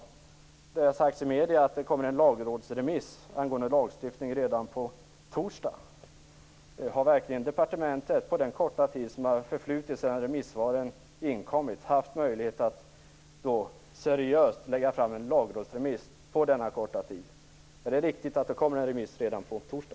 Det har sagts i medierna att det kommer en lagrådsremiss om lagstiftning redan på torsdag. Har verkligen departementet på den korta tid som har förflutit sedan remissvaren inkommit haft möjlighet att seriöst lägga fram en lagrådsremiss? Är det riktigt att det kommer en remiss redan på torsdag?